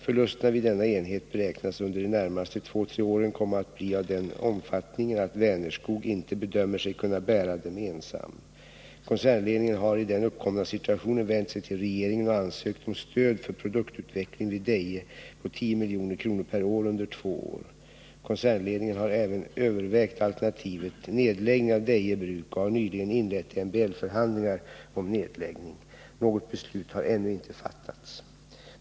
Förlusterna vid denna enhet beräknas under de närmaste två tre åren komma att bli av den omfattningen att Vänerskog inte bedömer sig kunna bära dem ensam. Koncernledningen har i den uppkomna situationen vänt sig till regeringen och ansökt om stöd för produktutveckling vid Deje på 10 milj.kr. per år under två år. Koncernledningen har även övervägt alternativet nedläggning av Deje Bruk och har nyligen inlett MBL-förhandlingar om nedläggning. Något beslut har ännu inte fattats.